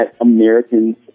Americans